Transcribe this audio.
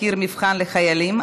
אנחנו כבר רגילים.